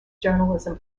journalism